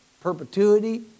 perpetuity